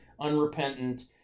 unrepentant